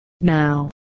Now